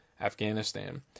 Afghanistan